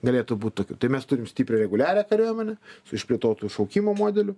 galėtų būt tokių tai mes turim stiprią reguliarią kariuomenę su išplėtotu šaukimo modeliu